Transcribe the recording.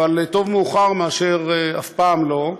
אבל טוב מאוחר מאשר אף פעם לא.